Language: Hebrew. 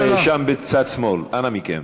סליחה, שם בצד שמאל, אנא מכם,